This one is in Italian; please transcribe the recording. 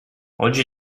oggi